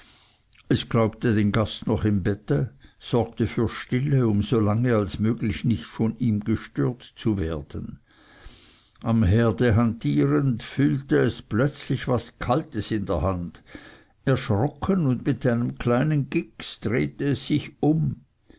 es glaubte den gast noch im bette sorgte für stille um so lange als möglich nicht von ihm gestört zu werden am herde hantierend fühlte es plötzlich was kaltes in der hand erschrocken und mit einem kleinen gix drehte es sich um